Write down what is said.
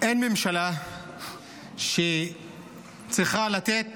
אין ממשלה שצריכה לתת